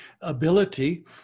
ability